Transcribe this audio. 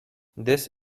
this